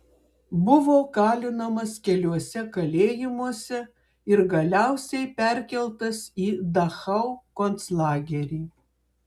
buvo kalinamas keliuose kalėjimuose ir galiausiai perkeltas į dachau konclagerį